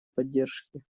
поддержки